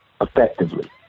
effectively